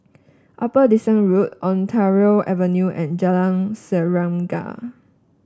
Upper Dickson Road Ontario Avenue and Jalan Serengam